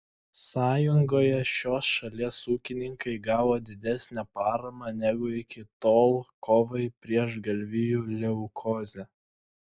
sąjungoje šios šalies ūkininkai gavo didesnę paramą negu iki tol kovai prieš galvijų leukozę